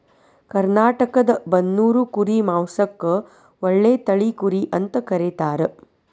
ಕರ್ನಾಟಕದ ಬನ್ನೂರು ಕುರಿ ಮಾಂಸಕ್ಕ ಒಳ್ಳೆ ತಳಿ ಕುರಿ ಅಂತ ಕರೇತಾರ